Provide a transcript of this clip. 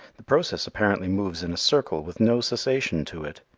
the process apparently moves in a circle with no cessation to it.